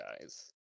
guys